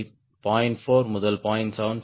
4 முதல் 0